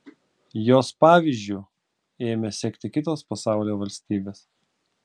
jos pavyzdžiu ėmė sekti kitos pasaulio valstybės